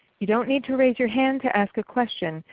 you don't need to raise your hand to ask a question,